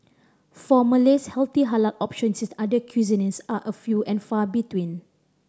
for Malays healthy halal options in other cuisines are a few and far between